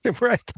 right